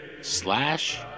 slash